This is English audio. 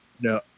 No